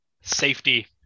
safety